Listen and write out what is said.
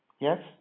Yes